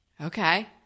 Okay